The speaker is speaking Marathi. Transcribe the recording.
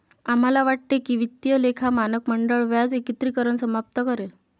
आम्हाला वाटते की वित्तीय लेखा मानक मंडळ व्याज एकत्रीकरण समाप्त करेल